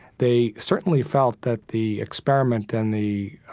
they certainly felt that the experiment and the, ah,